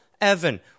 Evan